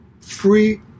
free